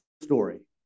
Story